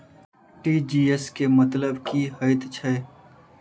TGS केँ मतलब की हएत छै?